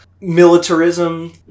militarism